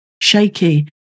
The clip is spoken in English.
shaky